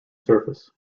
surface